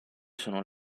sono